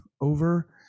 over